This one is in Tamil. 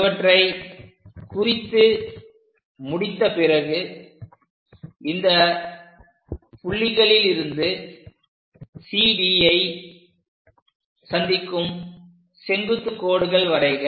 இவற்றைக் குறித்து முடித்தபிறகு இந்த புள்ளிகளில் இருந்து CD ஐ சந்திக்கும் செங்குத்துக் கோடுகள் வரைக